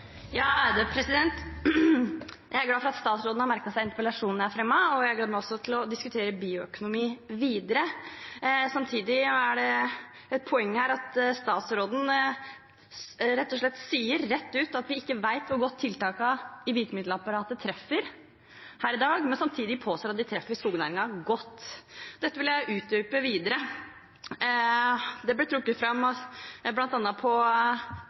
Jeg er glad for at statsråden har merket seg interpellasjonen jeg har fremmet, og jeg gleder meg også til å diskutere bioøkonomi videre. Samtidig er det et poeng her at statsråden rett og slett sier rett ut at vi ikke vet hvor godt tiltakene i virkemiddelapparatet treffer per i dag, men samtidig påstår at de treffer skognæringen godt. Dette vil jeg utdype videre: Det ble trukket fram bl.a. på Treffpunkt Innlandet av klyngeleder for Norwegian Wood Cluster, Engebret Dæhlin, at